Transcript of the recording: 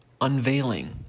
unveiling